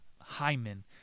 Hyman